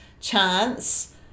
chance